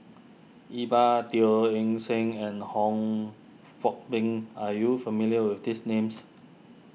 Iqbal Teo Eng Seng and Hong Fong Beng are you familiar with these names